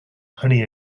honey